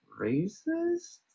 racist